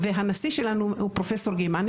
והנשיא שלנו הוא פרופסור גימני